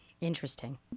Interesting